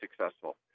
successful